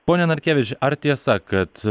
pone narkevič ar tiesa kad